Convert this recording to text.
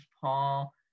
Paul